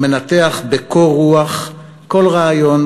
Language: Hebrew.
המנתח בקור רוח כל רעיון,